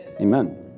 Amen